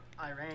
Iran